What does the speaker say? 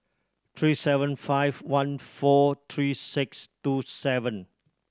three seven five one four three six two seven